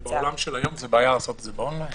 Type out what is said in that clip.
בעולם של היום זו בעיה לעשות את זה באונליין?